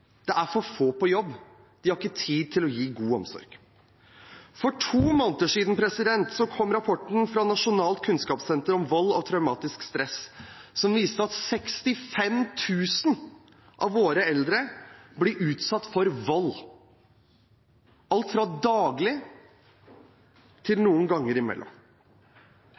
Det er for få på jobb. De har ikke tid til å gi god omsorg. For to måneder siden kom rapporten fra Nasjonalt kunnskapssenter om vold og traumatisk stress som viste at 65 000 av våre eldre blir utsatt for vold – alt fra daglig til en gang imellom.